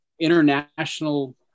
international